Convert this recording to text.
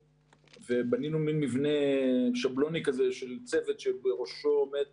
ובנינו מן מבנה שבלוני כזה של צוות שבראשו עומד